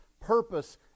purpose